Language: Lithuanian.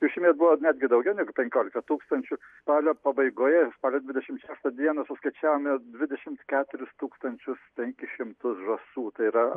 jų šiemet buvo netgi daugiau negu penkiolika tūkstančių spalio pabaigoje spalio dvidešim šeštą dieną suskaičiavome dvidešimt keturis tūkstančius penkis šimtus žąsų tai yra